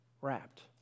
wrapped